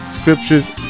scriptures